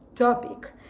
Topic